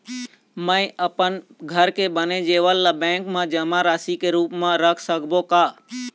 म अपन घर के बने जेवर ला बैंक म जमा राशि के रूप म रख सकबो का?